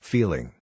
Feeling